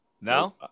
No